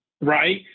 Right